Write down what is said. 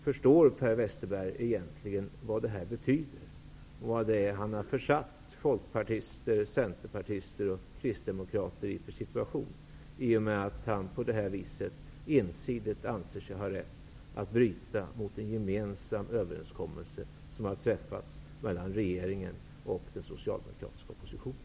Förstår Per Westerberg egentligen vad det han säger betyder och vad det är han har försatt folkpartister, centerpartister och kristdemokrater i för en situation i och med att han ensidigt anser sig ha rätt att bryta mot en gemensam överenskommelse som träffats mellan regeringen och den socialdemokratiska oppositionen?